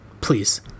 Please